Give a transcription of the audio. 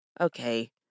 okay